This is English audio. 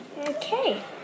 Okay